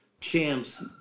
champs